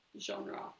genre